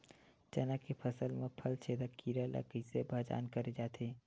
चना के फसल म फल छेदक कीरा ल कइसे पहचान करे जाथे?